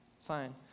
fine